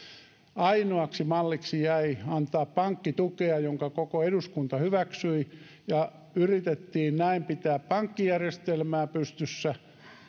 ainoaksi malliksi jäi antaa pankkitukea jonka koko eduskunta hyväksyi ja yritettiin näin pitää pankkijärjestelmää pystyssä